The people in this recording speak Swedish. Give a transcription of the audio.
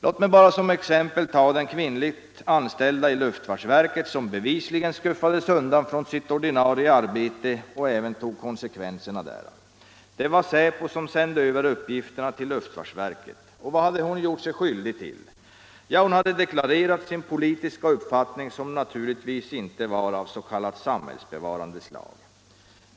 Låt mig bara som exempel ta den kvinnliga anställda i luftfartsverket som bevisligen skuffades undan från sitt ordinarie arbete och även tog konsekvenserna därav. Det var säpo som sände över uppgifterna till luftfartsverket. Och vad hade hon gjort sig skyldig till? Jo, hon hade klart deklarerat sin politiska uppfattning, som naturligtvis inte var av s.k. samhällsbevarande slag.